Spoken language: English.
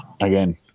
again